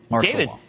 David